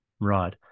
Right